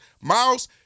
Miles